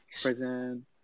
Prison